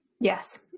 Yes